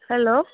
hello